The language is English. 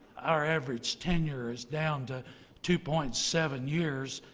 our average tenure is down to two point seven years,